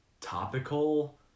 topical